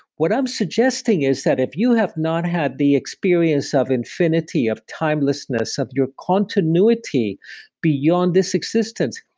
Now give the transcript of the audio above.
what i'm suggesting is that if you have not had the experience of infinity, of timelessness, of your continuity beyond this existence,